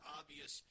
obvious